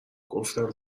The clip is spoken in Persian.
گفتم